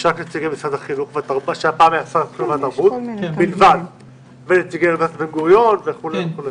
יש רק נציגי משרד החינוך והתרבות ונציגי אוניברסיטת בן גוריון וכו'.